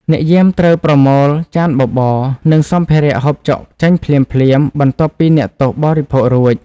អ្នកយាមត្រូវប្រមូលចានបបរ និងសម្ភារៈហូបចុកចេញភ្លាមៗ បន្ទាប់ពីអ្នកទោសបរិភោគរួច។